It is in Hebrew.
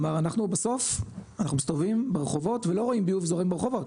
כלומר אנחנו בסוף אנחנו מסתובבים ברחובות ולא רואים ביוב זורם ברחובות,